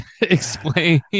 explain